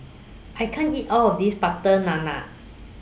I can't eat All of This Butter Naan